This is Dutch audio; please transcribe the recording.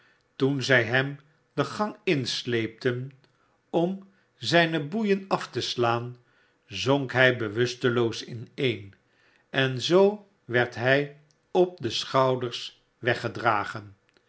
toen zij hem de gang insleepten om zijne boeien af te slaan zonk hij bewusteloos ineen en zoo werd hij op de schouders weggedragen